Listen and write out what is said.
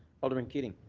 alderman keating.